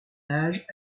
âge